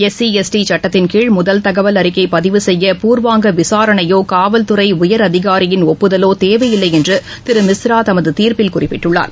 SC ST சுட்டத்தின்கீழ் முதல் தகவல் அறிக்கை பதிவு செய்ய பூர்வாங்க விசாரணையோ காவல் துறை உயர் அதிகாரியின் ஒப்புதலோ தேவையில்லை என்று திரு மிஸ்ரா தமது தீர்ப்பில் குறிப்பிட்டுள்ளார்